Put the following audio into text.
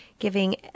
Giving